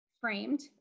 framed